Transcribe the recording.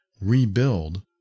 rebuild